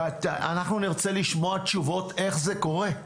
אנחנו נרצה לשמוע תשובות איך זה קורה.